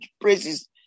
praises